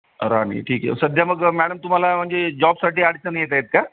रानी ठीक आहे सध्या मग मॅडम तुम्हाला म्हणजे जॉबसाठी अडचण येत आहेत का